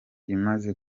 imaze